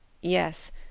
Yes